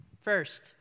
First